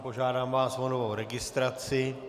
Požádám vás o novou registraci.